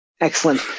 Excellent